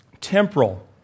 temporal